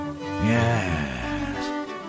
Yes